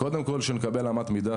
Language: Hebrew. קודם כל שנקבל אמת מידה,